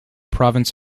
province